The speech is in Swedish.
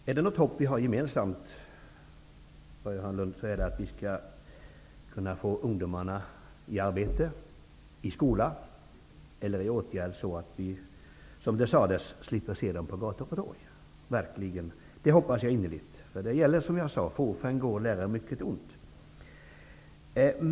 Herr talman! Är det ett hopp som vi har gemensamt, Börje Hörnlund, är det att vi skall kunna få ungdomarna i arbete, i skola eller i åtgärder så att vi, som det sades, slipper att se dem på gator och torg. Det hoppas jag verkligen innerligt. Som sagt: fåfäng gå lärer mycket ont.